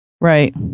Right